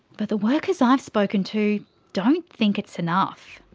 but, the workers i've spoken to don't think it's enough.